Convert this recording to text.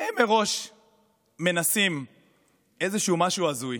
הם מראש מנסים איזשהו משהו הזוי,